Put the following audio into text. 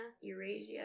Eurasia